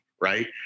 right